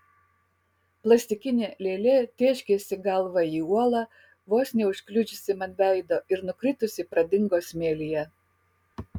plastikinė lėlė tėškėsi galva į uolą vos neužkliudžiusi man veido ir nukritusi pradingo smėlyje